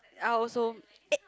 I also act